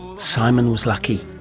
simon was lucky.